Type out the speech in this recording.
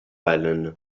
helen